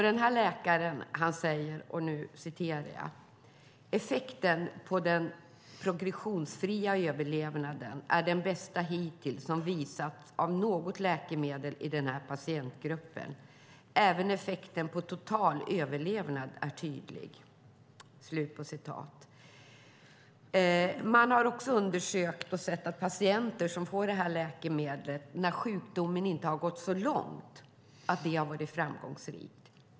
Denna läkare säger: "Effekten på den progressionsfria överlevnaden är den bästa hittills som visats av något läkemedel i den här patientgruppen. Även effekten på total överlevnad är tydlig." Man har också undersökt patienter som har fått detta läkemedel när sjukdomen inte har gått så långt och sett att det har varit framgångsrikt.